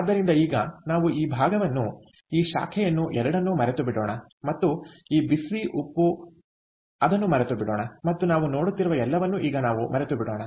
ಆದ್ದರಿಂದ ಈಗ ನಾವು ಈ ಭಾಗವನ್ನು ಈ ಶಾಖೆಯನ್ನು ಎರಡನ್ನೂ ಮರೆತುಬಿಡೋಣ ಮತ್ತು ಈ ಬಿಸಿ ಉಪ್ಪು ಅದನ್ನು ಮರೆತುಬಿಡೋಣ ಮತ್ತು ನಾವು ನೋಡುತ್ತಿರುವ ಎಲ್ಲವನ್ನೂ ಈಗ ನಾವು ಮರೆತುಬಿಡೋಣ